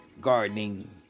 Gardening